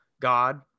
God